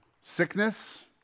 sickness